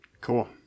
Cool